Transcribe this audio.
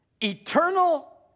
eternal